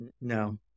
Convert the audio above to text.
No